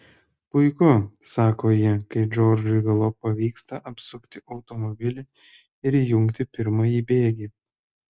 puiku sako ji kai džordžui galop pavyksta apsukti automobilį ir įjungti pirmąjį bėgį